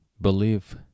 believe